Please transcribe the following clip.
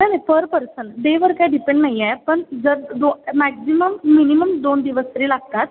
नाही नाही per person डेवर काय डिपेंड नाही आहे पण जर दो मॅक्झिमम मिनिमम दोन दिवस तरी लागतात